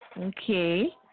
okay